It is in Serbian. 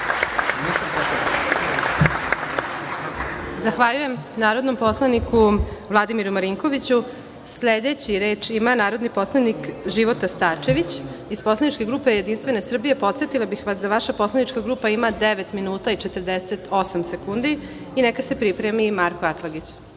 Zahvaljujem narodnom poslaniku Vladimiru Marinkoviću. Sledeći reč ima narodni poslanik Života Starčević iz poslaničke grupe Jedinstvena Srbija. Podsetila bih vas da vaša poslanička grupa ima devet minuta i 48 sekundi. Neka se pripremi Marko